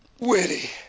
witty